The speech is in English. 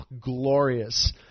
glorious